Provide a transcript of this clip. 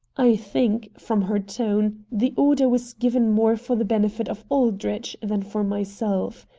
i think, from her tone, the order was given more for the benefit of aldrich than for myself.